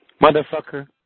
Motherfucker